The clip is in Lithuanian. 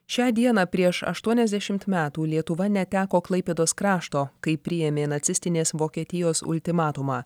šią dieną prieš aštuoniasdešimt metų lietuva neteko klaipėdos krašto kai priėmė nacistinės vokietijos ultimatumą